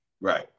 Right